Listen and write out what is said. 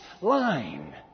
line